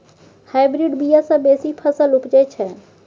hybrid बीया सँ बेसी फसल उपजै छै